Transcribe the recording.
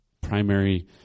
primary